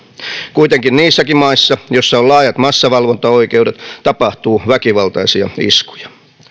kuitenkin niissäkin maissa joissa on laajat massavalvontaoikeudet tapahtuu väkivaltaisia iskuja